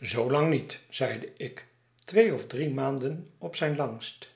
zoo lang niet zeide ik twee of drie maanden op zijn langst